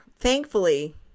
Thankfully